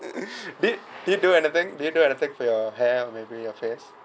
did did you do anything did you do anything for your hair or maybe your face